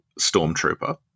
stormtrooper